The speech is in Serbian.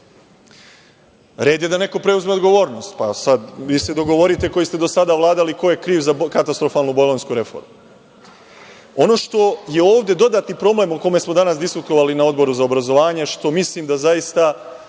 Red je da neko preuzme odgovornost, pa sada vi se dogovorite koji ste do sada vladali, ko je kriv za katastrofalnu bolonjsku reformu. Ono što je ovde dodatni problem o kome smo danas diskutovali na Odboru za obrazovanje, što mislim da zaista